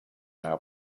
now